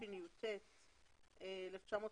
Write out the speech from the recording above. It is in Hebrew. התשי"ט-1959".